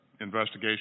investigation